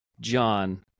john